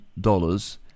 dollars